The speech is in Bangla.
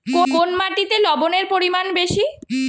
কোন মাটিতে লবণের পরিমাণ বেশি?